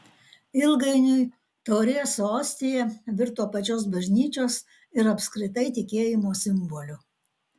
ilgainiui taurė su ostija virto pačios bažnyčios ir apskritai tikėjimo simboliu